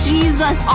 Jesus